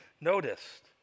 noticed